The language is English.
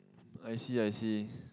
I see I see